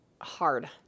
hard